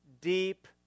deep